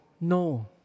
No